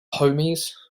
homies